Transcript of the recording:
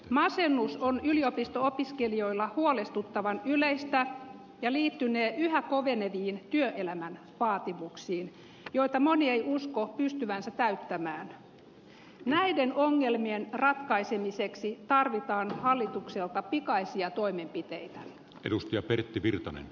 masennus on yliopisto opiskelijoilla huolestuttavan yleistä ja liittyneet ja ovien ja työelämän vaatimuksiin joita monien uskoo pysyvänsä täyttämään näiden ongelmien ratkaisemiseksi tarvitaan hallitukselta pikaisia toimenpiteitä edustaja pertti virtanen